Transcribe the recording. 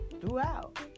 throughout